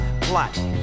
Plot